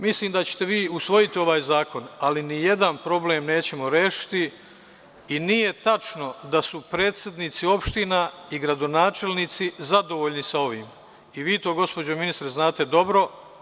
Mislim da ćete vi usvojiti ovaj zakon, ali nijedan problem nećemo rešiti i nije tačno da su predsednici opština i gradonačelnici zadovoljni sa ovim i vi to gospođo ministar znate dobro.